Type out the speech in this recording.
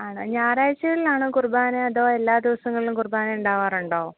ആണോ ഞായറാഴ്ചകളിലാണോ കുർബാന അതോ എല്ലാ ദിവസങ്ങളിലും കുർബാന ഉണ്ടാവാറുണ്ടോ